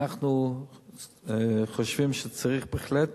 אנחנו חושבים שצריך בהחלט